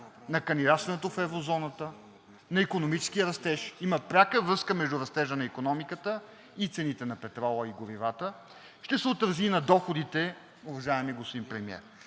на кандидатстването в еврозоната, на икономическия растеж. Има пряка връзка между растежа на икономиката и цените на петрола и на горивата. Ще се отрази и на доходите, уважаеми господин Премиер.